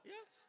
Yes